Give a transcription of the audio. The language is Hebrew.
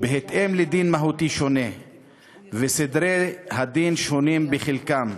בהתאם לדין מהותי שונה וסדרי הדין שונים בחלקם.